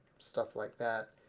stuff like that.